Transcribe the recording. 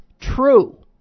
true